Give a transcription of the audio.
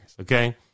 okay